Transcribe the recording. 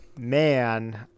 man